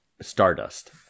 Stardust